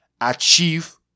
achieve